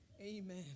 Amen